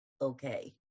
okay